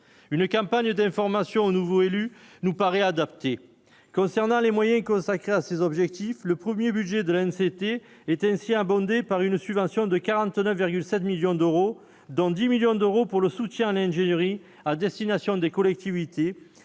une campagne d'information aux nouveaux élus nous paraît adapté concernant les moyens consacrés à ces objectifs, le 1er budget de l'ANC, ONCT est ainsi abondé par une subvention de 49,7 millions d'euros dans 10 millions d'euros pour le soutien à l'ingénierie à destination des collectivités,